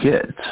kids